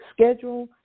schedule